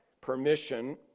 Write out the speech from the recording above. permission